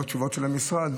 לא תשובות של המשרד,